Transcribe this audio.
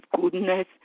goodness